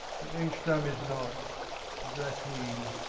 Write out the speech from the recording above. but engstrand is not that he